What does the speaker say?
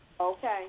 Okay